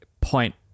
point